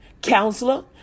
counselor